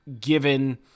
given